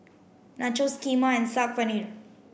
Nachos Kheema and Saag Paneer